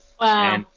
Wow